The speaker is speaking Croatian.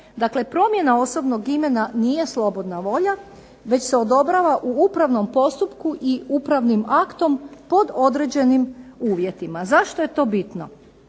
Dakle, promjena osobnog imena nije slobodna volja već se odobrava u upravnom postupku i upravni aktom pod određenim uvjetima. Zašto je to bitno?